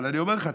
אבל אני אומר לך,